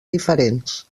diferents